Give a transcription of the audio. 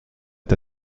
est